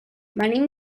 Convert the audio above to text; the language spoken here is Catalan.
venim